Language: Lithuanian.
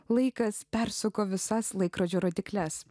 laikas persuko visas laikrodžio rodykles